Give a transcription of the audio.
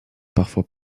parfois